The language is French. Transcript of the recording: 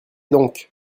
donc